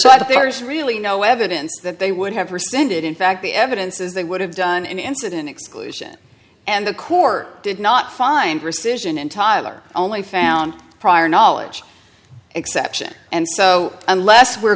but there is really no evidence that they would have presented in fact the evidence is they would have done an incident exclusion and the court did not find rescission and tyler only found prior knowledge exception and so unless we're